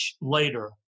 later